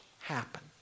happen